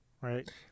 right